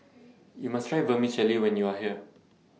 YOU must Try Vermicelli when YOU Are here